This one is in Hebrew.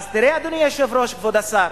אז תראה, אדוני היושב-ראש, כבוד השר,